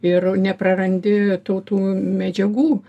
ir neprarandi tų tų medžiagų